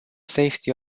safety